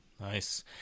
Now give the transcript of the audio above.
Nice